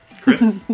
Chris